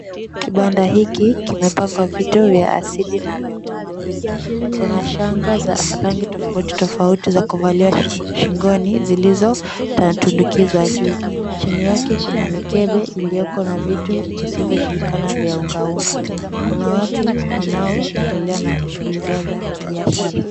Kibanda hiki kimepangwa vitu vya asili na vya utamaduni. Kuna shanga za rangi tofauti tofauti za kuvalia shingoni zilizotundukizwa juu. Chini yake kuna mikebe ilioko na vitu visivyojulikana vya unga unga. Kuna watu wanaoendelea na shughuli zao za kibiashara.